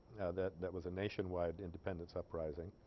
that that was a nationwide independence uprising